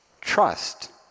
trust